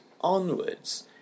onwards